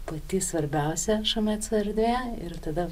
pati svarbiausia šmc erdvė ir tada